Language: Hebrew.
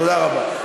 תודה רבה.